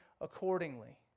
accordingly